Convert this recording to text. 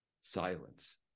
Silence